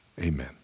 Amen